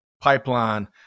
pipeline